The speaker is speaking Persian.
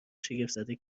شگفتزده